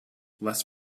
less